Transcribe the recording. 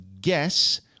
guess